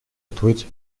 отводится